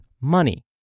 money